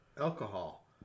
alcohol